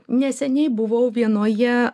neseniai buvau vienoje